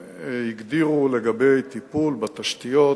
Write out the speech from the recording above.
שהגדירו, לטיפול בתשתיות,